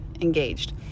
engaged